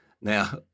Now